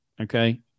okay